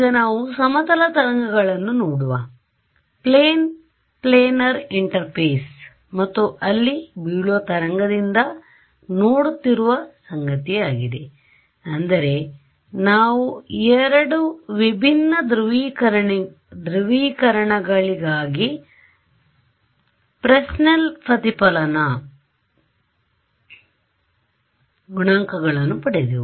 ಈಗ ನಾವು ಸಮತಲ ತರಂಗಗಳನ್ನುನೋಡುವ ಪ್ಲೇನ್ ಪ್ಲೇನರ್ ಇಂಟರ್ಫೇಸ್ ಮತ್ತು ಅಲ್ಲಿ ಬೀಳುವ ತರಂಗದಿಂದ ನೋಡುತ್ತಿರುವ ಸಂಗತಿಯಾಗಿದೆ ಅಂದರೆ ನಾವು ಎರಡು ವಿಭಿನ್ನ ಧ್ರುವೀಕರಣಗಳಿಗಾಗಿ ಫ್ರೆಸ್ನೆಲ್ ಪ್ರತಿಫಲನ ಗುಣಾಂಕಗಳನ್ನು ಪಡೆದೆವು